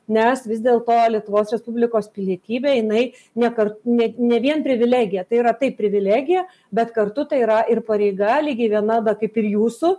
nes vis dėl to lietuvos respublikos pilietybė jinai ne kart ne ne vien privilegija tai yra taip privilegija bet kartu tai yra ir pareiga lygiai vienada kaip ir jūsų